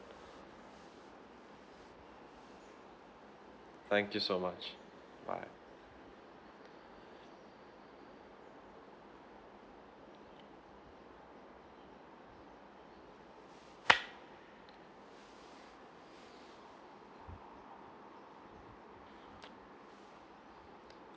thank you so much bye